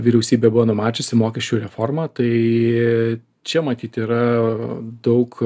vyriausybė buvo numačiusi mokesčių reformą tai čia matyt yra daug